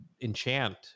enchant